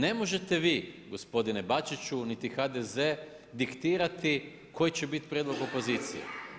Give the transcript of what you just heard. Ne možete vi, gospodine Bačiću, niti HDZ diktirati koji će bit prijedlog opozicije.